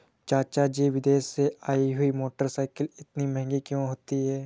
चाचा जी विदेश से आई हुई मोटरसाइकिल इतनी महंगी क्यों होती है?